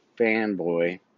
fanboy